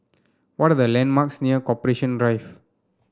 what are the landmarks near Corporation Drive